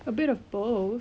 a bit of both